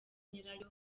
nyirayo